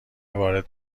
وارد